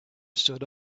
stood